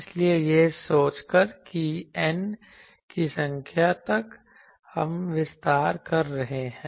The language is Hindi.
इसलिए यहां यह सोच कर कि N की संख्या तक हम विस्तार कर रहे हैं